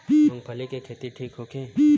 मूँगफली के खेती ठीक होखे?